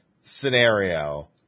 scenario